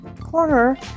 corner